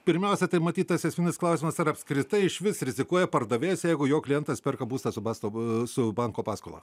pirmiausia tai matyt tas esminis klausimas ar apskritai išvis rizikuoja pardavėjas jeigu jo klientas perka būstą su pastab su banko paskola